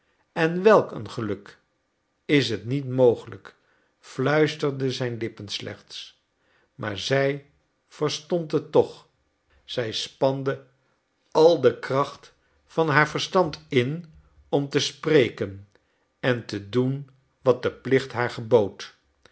en welk een geluk is het niet mogelijk fluisterden zijn lippen slechts maar zij verstond het toch zij spande al de kracht van haar verstand in om te spreken en te doen wat de plicht haar gebood